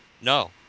No